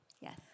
Yes